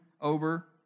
over